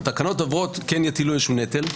התקנות עוברות כן יטילו איזה שהוא נטל,